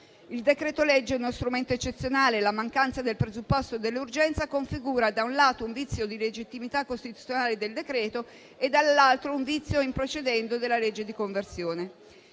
Il decreto-legge è uno strumento eccezionale e la mancanza del presupposto dell'urgenza configura, da un lato, un vizio di legittimità costituzionale del decreto e, dall'altro, un vizio *in procedendo* della legge di conversione.